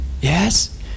yes